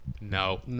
No